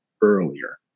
earlier